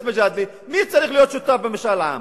מי צריך להיות שותף במשאל עם.